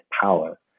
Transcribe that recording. power